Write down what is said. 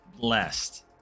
blessed